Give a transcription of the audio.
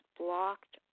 blocked